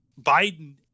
biden